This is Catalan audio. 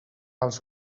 als